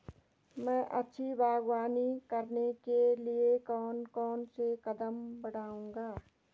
मैं अच्छी बागवानी करने के लिए कौन कौन से कदम बढ़ाऊंगा?